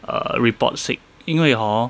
err report sick 因为 hor